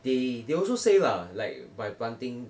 they they also say lah like by planting